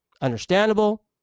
understandable